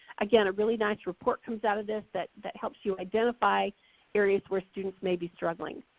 again, a really nice report comes out of this that that helps you identify areas where students may be struggling.